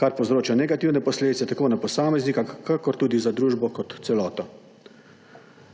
kar povzroča negativne posledice tako na posameznika kakor tudi za družbo kot celoto.